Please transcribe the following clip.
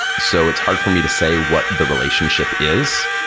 so it's hard for me to say what the relationship is.